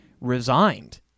resigned